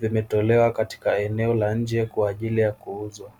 vimetolewa katika eneo la nje kwaajili ya kuuzwa.